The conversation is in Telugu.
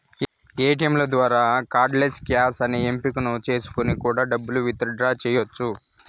ఏటీయంల ద్వారా కార్డ్ లెస్ క్యాష్ అనే ఎంపిక చేసుకొని కూడా డబ్బు విత్ డ్రా చెయ్యచ్చు